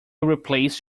replaced